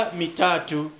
mitatu